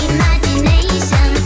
Imagination